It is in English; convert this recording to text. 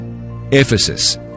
Ephesus